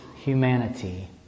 humanity